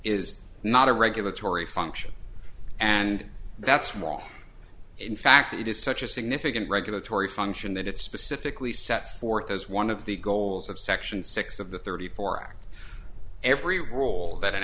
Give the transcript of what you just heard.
is not a regulatory function and that's more in fact it is such a significant regulatory function that it's specifically set forth as one of the goals of section six of the thirty four act every role tha